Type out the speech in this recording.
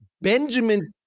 Benjamin